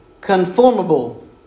conformable